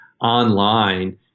online